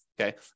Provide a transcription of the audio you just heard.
okay